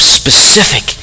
specific